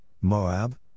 Moab